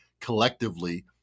collectively